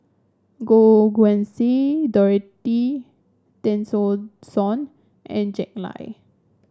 Goh Guan Siew Dorothy Tessensohn and Jack Lai